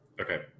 Okay